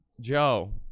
Joe